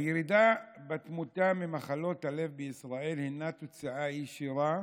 הירידה בתמותה ממחלות הלב בישראל היא תוצאה ישירה